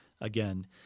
again